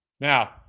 Now